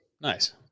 Nice